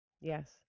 Yes